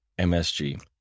MSG